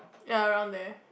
ya around there